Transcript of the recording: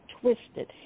twisted